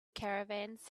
caravans